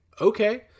okay